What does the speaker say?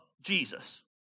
Jesus